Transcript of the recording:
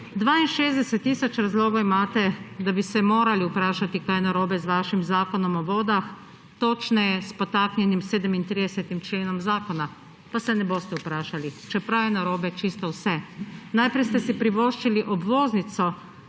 62 tisoč razlogov imate, da bi se morali vprašati, kaj je narobe z vašim Zakonom o vodah, točneje s podtaknjenim 37. členom zakona. Pa se ne boste vprašali, čeprav je narobe čisto vse. Najprej ste si privoščili obvoznico